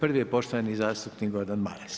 Prvi je poštovani zastupnik Gordan Maras.